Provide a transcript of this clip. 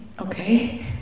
Okay